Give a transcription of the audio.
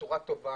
בצורה טובה,